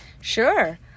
sure